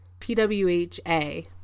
pwha